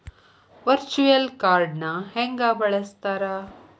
Virtual ಕಾರ್ಡ್ನ ಹೆಂಗ ಬಳಸ್ತಾರ?